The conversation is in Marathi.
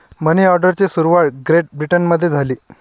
मनी ऑर्डरची सुरुवात ग्रेट ब्रिटनमध्ये झाली